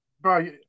bro